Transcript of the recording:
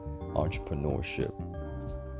entrepreneurship